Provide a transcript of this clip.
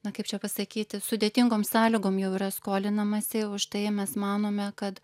na kaip čia pasakyti sudėtingom sąlygom jau yra skolinamasi už tai mes manome kad